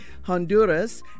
Honduras